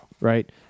right